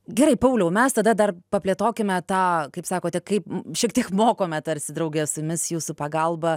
gerai pauliau mes tada dar plėtokime tą kaip sakote kaip šiek tiek mokome tarsi drauge su jumis jūsų pagalba